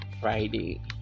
Friday